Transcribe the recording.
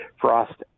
frost